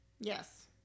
Yes